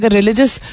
religious